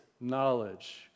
knowledge